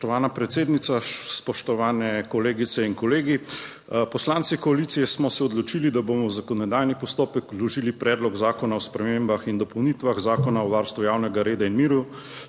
Spoštovana predsednica, spoštovane kolegice in kolegi! Poslanci koalicije smo se odločili, da bomo v zakonodajni postopek vložili Predlog zakona o spremembah in dopolnitvah Zakona o varstvu javnega reda in miru,